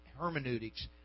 hermeneutics